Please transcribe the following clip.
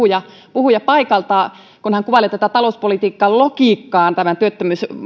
puhujapaikalta kun hän kuvaili talouspolitiikkalogiikkaa työttömyysvakuutusmaksujen alentamisen yhteydessä niin